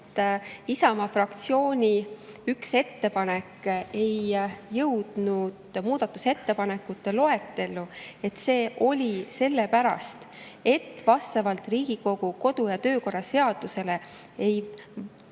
Isamaa fraktsiooni ettepanek ei jõudnud muudatusettepanekute loetellu sellepärast, et vastavalt Riigikogu kodu‑ ja töökorra seadusele ei